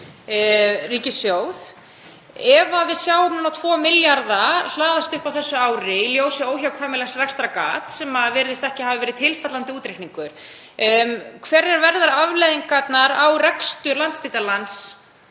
ríkissjóð. Ef við sjáum 2 milljarða hlaðast upp á þessu ári í ljósi óhjákvæmilegs rekstrargats, sem virðist ekki hafa verið tilfallandi útreikningur, hverjar verða afleiðingarnar á rekstur Landspítalans